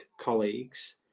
colleagues